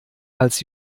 als